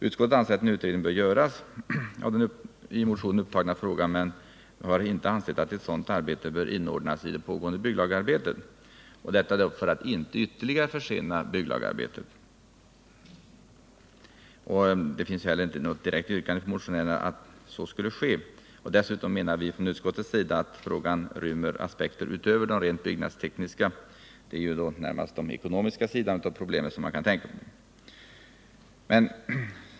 Utskottet anser att en utredning bör göras av den i motionen upptagna frågan men har inte ansett att ett sådant arbete bör inordnas i det pågående bygglagarbetet — detta för att inte ytterligare försena det arbetet. Det finns inte heller något direkt yrkande från motionärerna om att så skall ske. Dessutom menar vi från utskottets sida att frågan rymmer aspekter utöver de rent byggnadstekniska. Jag tänker då närmast på den ekonomiska sidan av problemet.